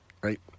Right